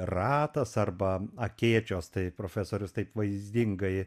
ratas arba akėčios tai profesorius taip vaizdingai